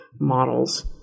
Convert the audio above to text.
models